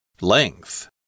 Length